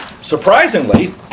surprisingly